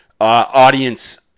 audience